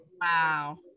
Wow